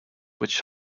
which